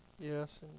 Yes